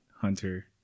Hunter